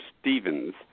Stevens